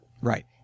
Right